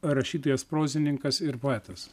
rašytojas prozininkas ir poetas